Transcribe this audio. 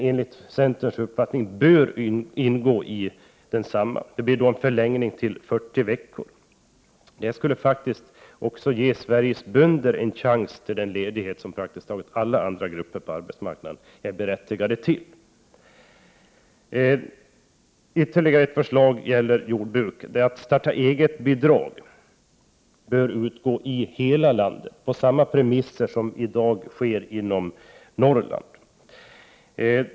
Enligt centerns uppfattning bör den ingå i densamma. Det innebär en förlängning till 40 veckor. Det skulle faktiskt också ge Sveriges bönder en chans till den ledighet som praktiskt taget alla andra grupper på arbetsmarknaden är berättigade till. Vi har ytterligare ett förslag som gäller jordbruket, nämligen att startaeget-bidrag bör utgå i hela landet på samma premisser som inom Norrland.